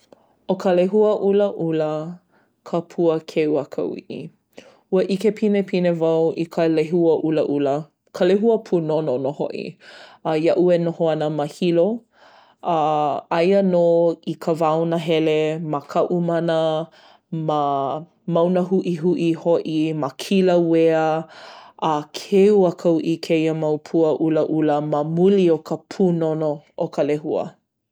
ʻO ka lehua ʻulaʻula ka pua keu a ka uʻi. Ua ʻike pinepine wau i ka lehua ʻulaʻula, ka lehua pūnono nō hoʻi, a iaʻu e noho ana ma Hilo. A, aia nō i ka wao nahele ma Kaʻūmana, ma Mauna Huʻihuʻi hoʻi, ma Kīlauea. A keu a ka uʻi kēia mau pua ʻulaʻula ma muli o ka pūnono o ka lehua.